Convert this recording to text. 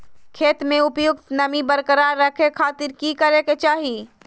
खेत में उपयुक्त नमी बरकरार रखे खातिर की करे के चाही?